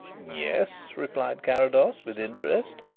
yes, replied carrados, with interest.